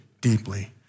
deeply